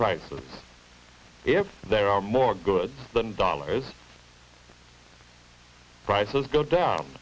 price of if there are more goods than dollars prices go down